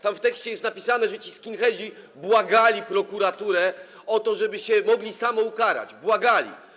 Tam w tekście jest napisane, że ci skinheadzi błagali prokuraturę o to, żeby mogli się sami ukarać, błagali.